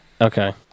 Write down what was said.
Okay